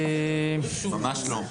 ממש לא.